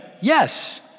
yes